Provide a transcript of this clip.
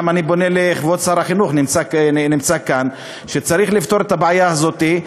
גם אני פונה לכבוד שר החינוך שנמצא כאן: צריך לפתור את הבעיה הזאת.